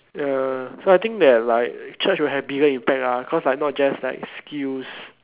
ya so I think that like church will have bigger impact ah cause like not just like skills